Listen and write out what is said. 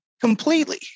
Completely